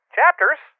Chapters